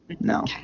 no